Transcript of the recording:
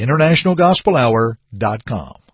InternationalGospelHour.com